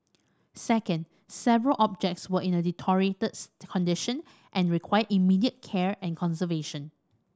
second several objects were in a deteriorated condition and required immediate care and conservation